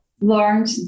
learned